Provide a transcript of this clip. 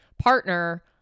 partner